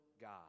God